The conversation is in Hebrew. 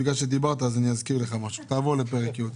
תעבור לפרק י'.